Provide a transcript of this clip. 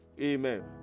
amen